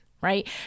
right